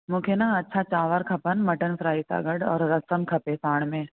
मूंखे न अछा चांवर खपनि मटन फ्राए सां गॾु और रसम खपे साण में